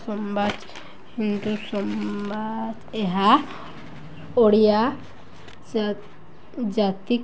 ସମ୍ବାଦ ହିନ୍ଦୁ ସମ୍ବାଦ ଏହା ଓଡ଼ିଆ ଜାତି